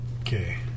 Okay